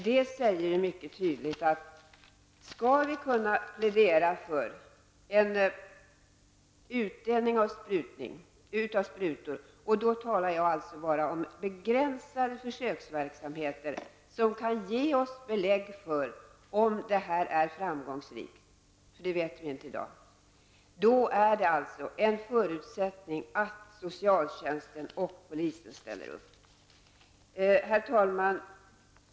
Det säger mycket tydligt att om vi skall kunna plädera för en utdelning av sprutor -- och då talar jag bara om begränsade försöksverksamheter som kan ge oss belägg för om detta är framgångsrikt, eftersom vi inte vet det i dag -- är en förutsättning att socialtjänsten och polisen ställer upp. Herr talman!